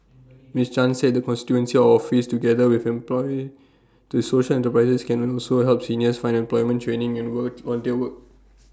miss chan said the constituency office together with employee to social enterprises can also help seniors find employment training and work work